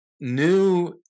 new